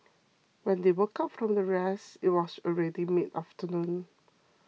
when they woke up from their rest it was already mid afternoon